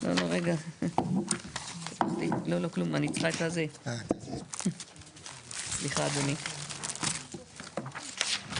קודם